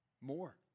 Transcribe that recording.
more